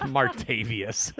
Martavius